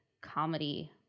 comedy